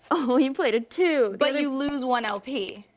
oh, you played a two. but you lose one lp.